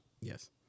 Yes